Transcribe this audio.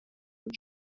were